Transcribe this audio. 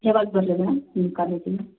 ಯಾವಾಗ ಬರಲಿ ಮೇಡಮ್ ನಿಮ್ಮ ಕಾಲೇಜಿಗೆ